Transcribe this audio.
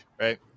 right